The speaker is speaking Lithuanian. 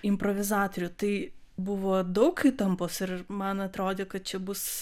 improvizatorių tai buvo daug įtampos ir man atrodė kad čia bus